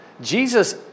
Jesus